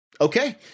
Okay